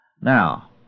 Now